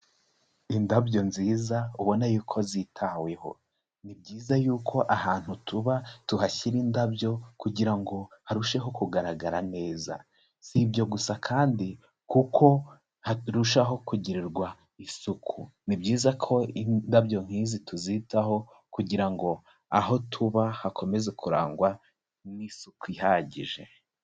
Indabyo nziza ubonaye ko zitaweho, ni byiza yuko ahantu tuba tuhashyira indabyo kugira ngo harusheho kugaragara neza, si ibyo gusa kandi kuko harushaho kugirirwa isuku, ni byiza ko indabyo nk'izi tuzitaho kugira ngo aho tuba hakomeze kurangwa n'isuku ihagije.